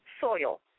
soil